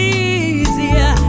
easier